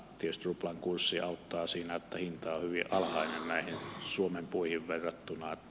tietysti ruplan kurssi auttaa siinä että hinta on hyvin alhainen näihin suomen puihin verrattuna